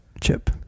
chip